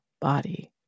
body